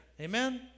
Amen